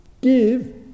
give